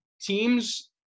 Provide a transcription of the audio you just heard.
Teams